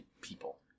people